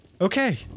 okay